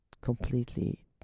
completely